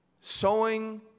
Sowing